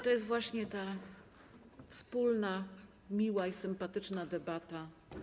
To jest właśnie ta wspólna, miła i sympatyczna debata.